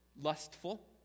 lustful